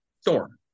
Storm